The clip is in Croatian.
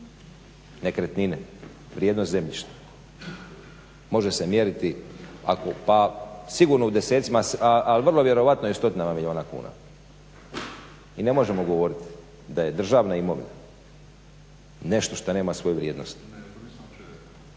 nekretnine, vrijednost zemljišta može se mjeriti pa sigurno u desecima a vrlo vjerojatno i u stotinama milijuna kuna. I ne možemo govoriti da je državna imovina nešto što nema svoju vrijednost.